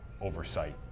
oversight